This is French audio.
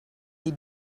les